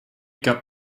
got